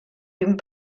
vint